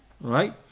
Right